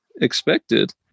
expected